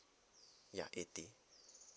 ya eighty